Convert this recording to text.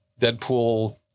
Deadpool